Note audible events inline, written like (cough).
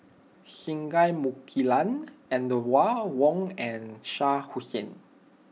Singai Mukilan and (unintelligible) Wong and Shah Hussain